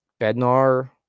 Bednar